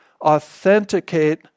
authenticate